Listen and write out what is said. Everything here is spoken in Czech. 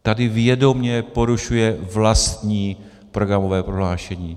Tady vědomě porušuje vlastní programové prohlášení.